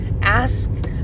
Ask